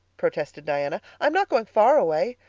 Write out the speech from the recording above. protested diana. i'm not going far away.